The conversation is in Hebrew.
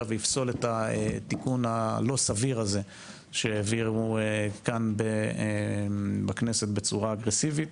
ויפסול את התיקון הלא סביר הזה שהעבירו כאן בכנסת בצורה אגרסיבית.